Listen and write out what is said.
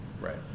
Right